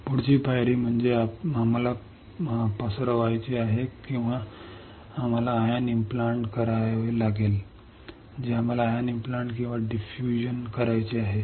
पुढची पायरी म्हणजे आम्हाला पसरवायचे आहे किंवा आम्हाला आयन इम्प्लांट करावे लागले जे आम्हाला आयन इम्प्लांट किंवा डिफ्यूज करायचे आहे